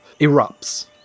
erupts